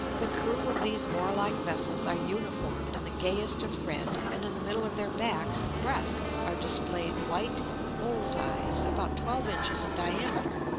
the crew of these warlike vessels are uniformed in the gayest of red, and in the middle of their backs and breasts are displayed white bull's eyes about twelve inches in diameter.